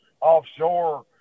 offshore